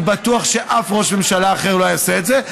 אני בטוח שאף ראש ממשלה אחר לא היה עושה את זה,